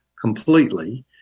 completely